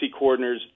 coordinators